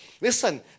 listen